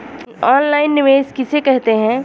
Online निवेश किसे कहते हैं?